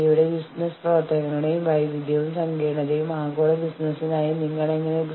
ഏകപക്ഷീയമായ മാനേജ്മെന്റ് തീരുമാനങ്ങളിൽ നിന്ന് യൂണിയൻ ജീവനക്കാരെ അത് സംരക്ഷിക്കുന്നു എന്നതാണ് ആദ്യത്തെ നേട്ടം